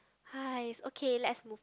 !hais! okay let's move